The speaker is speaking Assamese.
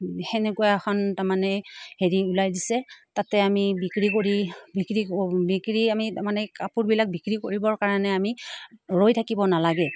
সেনেকুৱা এখন তাৰ মানে হেৰি ওলাই দিছে তাতে আমি বিক্ৰী কৰি বিক্ৰী বিক্ৰী আমি তাৰমানে কাপোৰবিলাক বিক্ৰী কৰিবৰ কাৰণে আমি ৰৈ থাকিব নালাগে